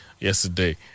yesterday